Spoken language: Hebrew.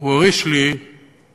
הוא הוריש לי קמט